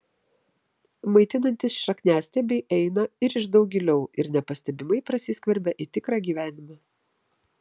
maitinantys šakniastiebiai eina ir iš daug giliau ir nepastebimai prasiskverbia į tikrą gyvenimą